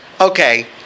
okay